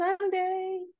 Sunday